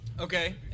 Okay